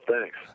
Thanks